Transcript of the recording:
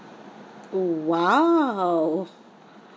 oh !wow!